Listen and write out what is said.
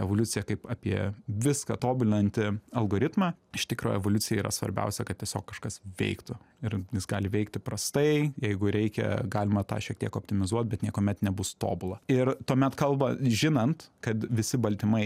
evoliuciją kaip apie viską tobulinantį algoritmą iš tikro evoliucijai yra svarbiausia kad tiesiog kažkas veiktų ir jis gali veikti prastai jeigu reikia galima tą šiek tiek optimizuot bet niekuomet nebus tobula ir tuomet kalba žinant kad visi baltymai